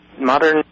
Modern